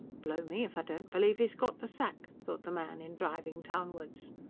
blow me, if i don't believe he's got the sack! thought the man in driving townwards.